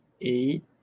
eight